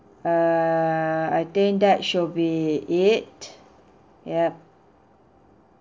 err I think that should be it yup